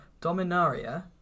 Dominaria